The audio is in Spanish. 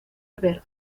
verde